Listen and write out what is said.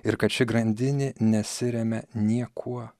ir kad ši grandinė nesiremia niekuo